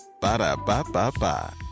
Ba-da-ba-ba-ba